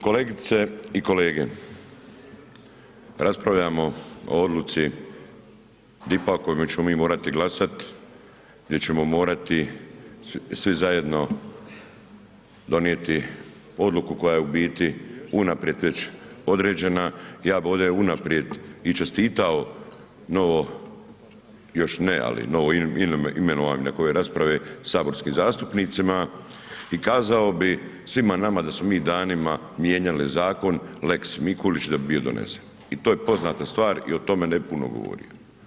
Kolegice i kolege, raspravljamo o odluci DIP-a o kojoj ćemo mi morat glasat, gdje ćemo morati svi zajedno donijeti odluku koja je u biti unaprijed već određena, ja bi ovdje unaprijed i čestitao novo, još ne, ali novoimenovani nakon ove rasprave, saborskim zastupnicima i kazao bi svima nama da smo mi danima mijenjali zakon lex Mikulić da bi bio donesen i to je poznata stvar i o tome ne bi puno govorio.